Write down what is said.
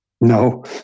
No